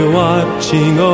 watching